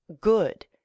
good